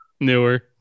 newer